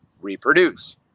reproduce